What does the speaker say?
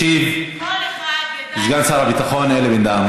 ישיב סגן שר הביטחון אלי בן-דהן.